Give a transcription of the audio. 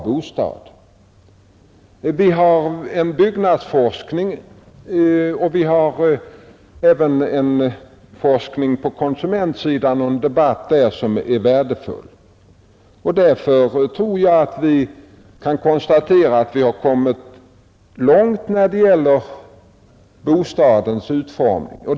Det bedrivs här i landet byggnadsforskning och det bedrivs även forskning på konsumentsidan som är värdefull. Jag kan därför konstatera att vi har kommit långt när det gäller bostadens utformning.